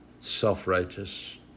self-righteous